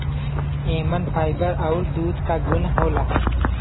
एमन फाइबर आउर दूध क गुन होला